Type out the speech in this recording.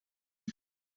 did